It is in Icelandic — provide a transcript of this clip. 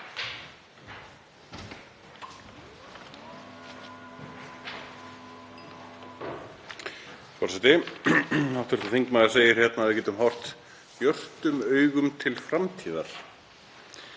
Forseti. Hv. þingmaður segir hér að við getum horft björtum augum til framtíðar.